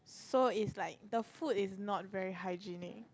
so it's like the food is not very hygienic